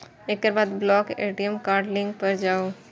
एकर बाद block ATM card link पर जाउ